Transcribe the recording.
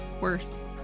worse